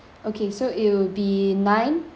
okay so it'll be nine